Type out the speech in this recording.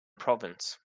province